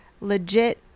legit